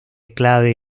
clave